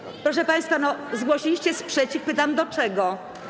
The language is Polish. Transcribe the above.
Proszę państwa, zgłosiliście sprzeciw, to pytam do czego.